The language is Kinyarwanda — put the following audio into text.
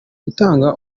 gutanga